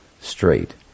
straight